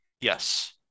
Yes